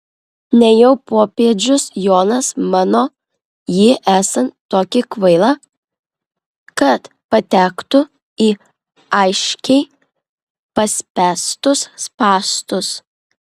nejau popiežius jonas mano jį esant tokį kvailą kad patektų į aiškiai paspęstus spąstus